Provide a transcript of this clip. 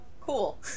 Cool